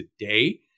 today